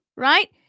Right